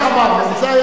זה היה הוויכוח.